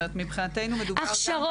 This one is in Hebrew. הכשרות.